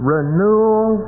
Renewal